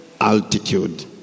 Altitude